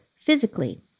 physically